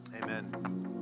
amen